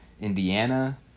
Indiana